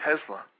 Tesla